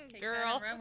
Girl